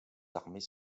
armées